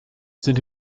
sind